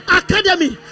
academy